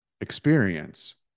experience